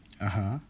(uh huh)